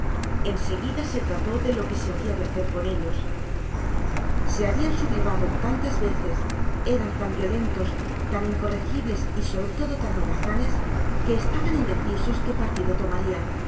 seguida se trató de lo que se habia de hacer con ellos se habiaa sublevado tantas veces eraa tan violentos tan incorregibles y sobre todo tan holgazanes que estaban indecisos que partido tomarian